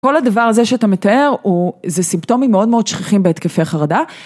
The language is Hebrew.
כל הדבר הזה שאתה מתאר, הוא, זה סימפטומים מאוד מאוד שכיחים בהתקפי חרדה.